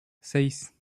seis